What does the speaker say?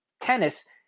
tennis